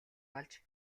олж